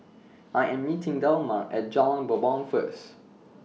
I Am meeting Delmar At Jalan Bumbong First